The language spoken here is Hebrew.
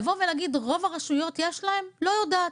לבוא ולהגיד: לרוב הרשויות יש, אני לא יודעת.